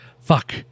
fuck